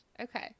okay